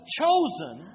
chosen